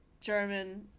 German